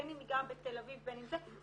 בין אם היא גרה בתל אביב ובין במקום אחר,